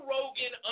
Rogan